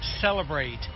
celebrate